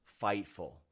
FIGHTFUL